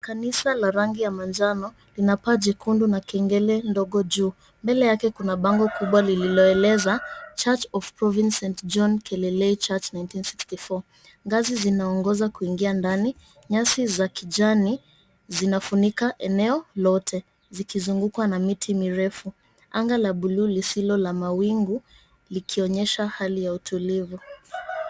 Kanisa la rangi ya manjano, lina paa jekundu na kengele ndogo juu. Mbele yake kuna bango kubwa lililoeleza, "Church of Province St. John Kelelei Church 1964". Ngazi zinaongoza kuingia ndani nyasi za kijani zinafunika eneo lote, zikizungukwa na miti mirefu. Anga la buluu lisilo la mawingu likionyesha hali ya utulivu.